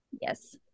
yes